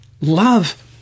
love